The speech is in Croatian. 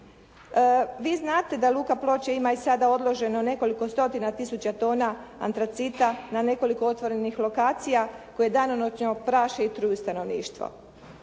Vi znate da luka Ploče ima i sada odloženo nekoliko stotina tisuća tona antracita na nekoliko otvorenih lokacija koje danonoćno praše i truju stanovništvo.